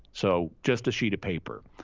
so just a sheet of paper.